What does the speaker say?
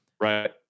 Right